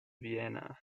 vienna